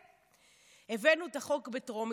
הבאנו את החוק בטרומית.